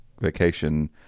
vacation